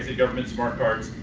ah government smart cards.